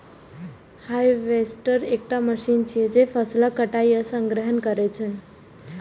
harvester एकटा machine छियै, जे फसलक कटाइ आ संग्रहण करै छै